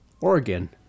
Oregon